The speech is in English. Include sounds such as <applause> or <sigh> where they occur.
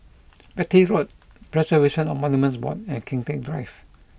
<noise> Beatty Road Preservation of Monuments Board and Kian Teck Drive